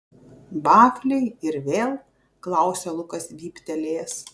vafliai ir vėl klausia lukas vyptelėjęs